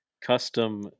custom